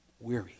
weary